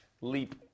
leap